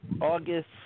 August